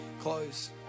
close